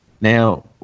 Now